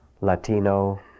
Latino